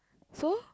so